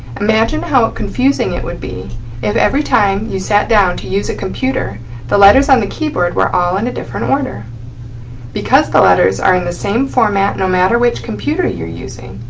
imagine how confusing it would be if every time you sat down to use a computer the letters on the keyboard were all in a different order. it's because the letters are in the same format no matter which computer you're using,